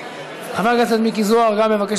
חבר הכנסת מיקי זוהר גם מבקש,